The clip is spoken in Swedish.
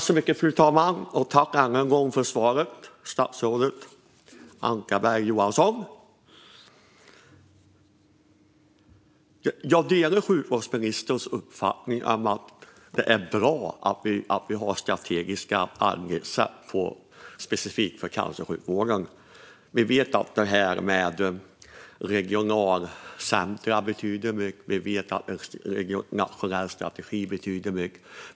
Fru talman! Tack än en gång för svaret, statsrådet Ankarberg Johansson! Jag delar sjukvårdsministerns uppfattning att det är bra att vi har strategiska anvisningar specifikt för cancersjukvården. Vi vet att detta med regionala centrum betyder mycket. Vi vet att en nationell strategi betyder mycket.